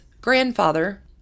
grandfather